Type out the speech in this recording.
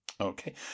Okay